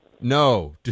No